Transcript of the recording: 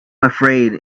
afraid